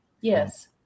Yes